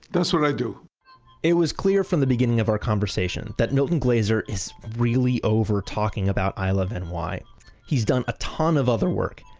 that's what i do it was clear from the beginning of our conversation that milton glaser is really over talking about i love and ny. he's done a ton of other work.